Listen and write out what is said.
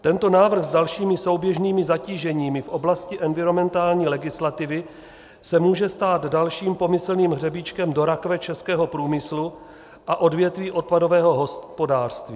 Tento návrh s dalšími souběžnými zatíženími v oblasti environmentální legislativy se může stát dalším pomyslným hřebíčkem do rakve českého průmyslu a odvětví odpadového hospodářství.